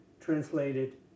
translated